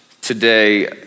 today